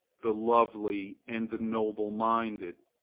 the lovely and the noble-minded,